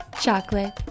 Chocolate